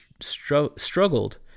struggled